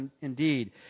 indeed